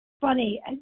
funny